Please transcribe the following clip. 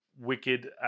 Wicked